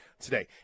today